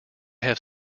have